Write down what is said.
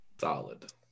Solid